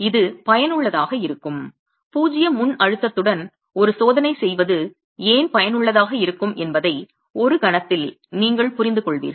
இது பயனுள்ளதாக இருக்கும் பூஜ்ஜிய முன்அழுத்தத்துடன் ஒரு சோதனை செய்வது ஏன் பயனுள்ளதாக இருக்கும் என்பதை ஒரு கணத்தில் நீங்கள் புரிந்துகொள்வீர்கள்